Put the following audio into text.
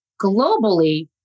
globally